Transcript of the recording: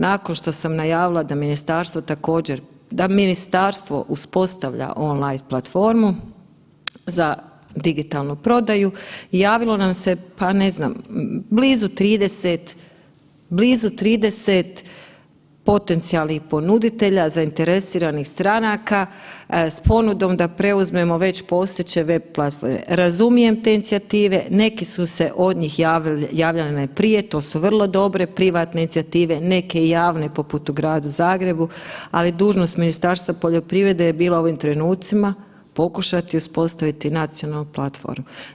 Nakon što sam najavila da ministarstvo uspostavlja online platformu za digitalnu prodaju javilo nam se pa ne znam, blizu 30 potencijalnih ponuditelja zainteresiranih stranaka s ponudom da preuzmemo već postojeće web platforme, razumijem te inicijative, neki su se od njih javljali prije, to su vrlo dobre privatne inicijative neke javne poput u gradu Zagrebu, ali dužnost Ministarstva poljoprivrede je bila u ovim trenucima pokušati uspostaviti nacionalnu platformu.